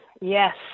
Yes